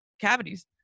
cavities